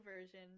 version